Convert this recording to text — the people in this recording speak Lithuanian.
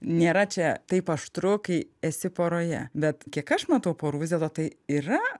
nėra čia taip aštru kai esi poroje bet kiek aš matau porų vis dėlto tai yra